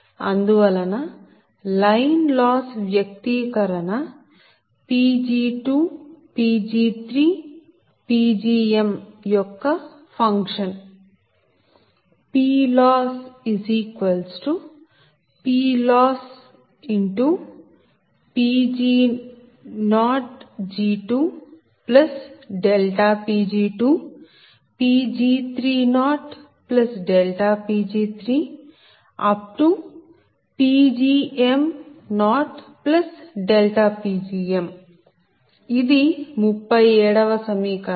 అందువలన line loss వ్యక్తీకరణ Pg2Pg3Pgm యొక్క ఫంక్షన్ PLossPLossPg20Pg2Pg30Pg3Pgm0Pgmఇది 37 వ సమీకరణం